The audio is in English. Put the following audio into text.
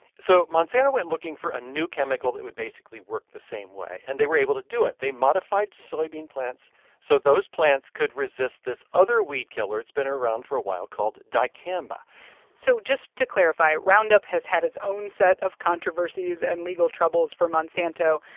so monsanto went looking for a new chemical that would basically work the same way, and they were able to do it. they modified soybean plants so those plants could resist this other weedkiller that's been around for a while called dicamba so, just to clarify, roundup has had its own set of controversies and legal troubles for monsanto.